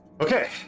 Okay